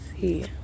see